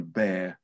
bear